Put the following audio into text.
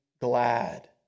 glad